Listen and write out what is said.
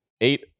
eight